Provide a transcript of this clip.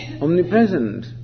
omnipresent